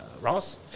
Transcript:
Ross